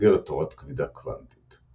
במסגרת תורת כבידה קוונטית.